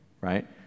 right